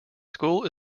school